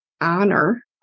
honor